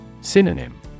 Synonym